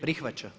Prihvaća?